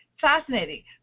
fascinating